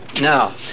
Now